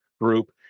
group